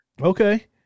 Okay